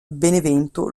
benevento